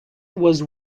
was